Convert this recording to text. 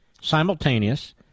simultaneous